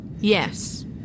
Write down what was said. Yes